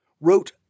Wrote